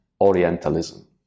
Orientalism